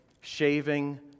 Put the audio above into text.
shaving